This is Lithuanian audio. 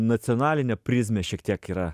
nacionalinę prizmę šiek tiek yra